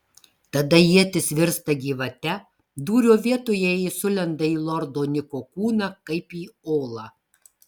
tada ietis virsta gyvate dūrio vietoje ji sulenda į lordo niko kūną kaip į olą